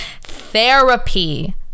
Therapy